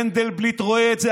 מנדלבליט רואה את זה,